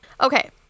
Okay